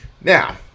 Now